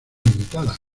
limitada